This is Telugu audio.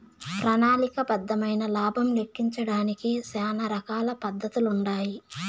ప్రణాళిక బద్దమైన లాబం లెక్కించడానికి శానా రకాల పద్దతులుండాయి